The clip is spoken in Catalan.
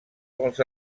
pels